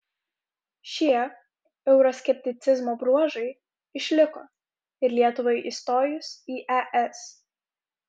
šie euroskepticizmo bruožai išliko ir lietuvai įstojus į es